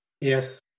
Yes